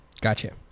Gotcha